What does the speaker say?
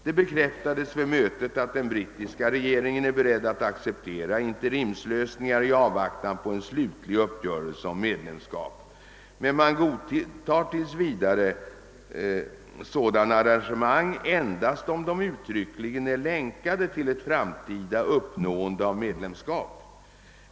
Det bekräftades vid mötet att den brittiska regeringen är beredd att acceptera interimslösningar i avvaktan på en slutlig uppgörelse om medlemskap. Men man godtar tills vidare sådana arrangemang endast om de uttryckligen är länkade till ett framtida uppnående av medlemskap.